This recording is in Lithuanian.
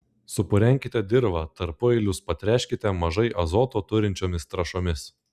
supurenkite dirvą tarpueilius patręškite mažai azoto turinčiomis trąšomis